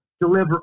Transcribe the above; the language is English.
deliver